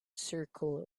circle